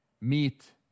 meet